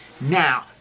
Now